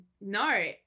no